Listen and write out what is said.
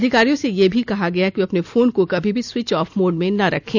अधिकारियों से यह भी कहा है कि वे अपने फोन को कभी भी स्वीच ऑफ मोड में न रखें